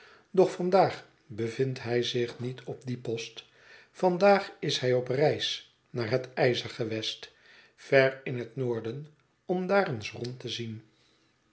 doch vandaag bevindt hij zich niet op dien post vandaag is hij op reis naar het ijzergewest ver in het noorden om daar eens rond te zien